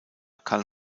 karl